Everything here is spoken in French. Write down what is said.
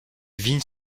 vignes